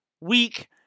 week